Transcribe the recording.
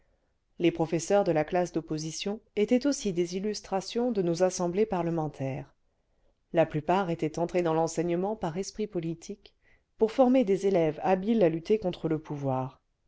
les professeurs cle la classe d'opposition étaient aussi des illustrations de nos assemblées parlementaires la plupart étaient entrés dans renseignement par esprit politique pour former des élèves habiles à lutter contre le pouvoir